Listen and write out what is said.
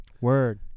Word